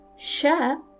share